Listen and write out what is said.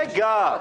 רגע.